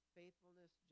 faithfulness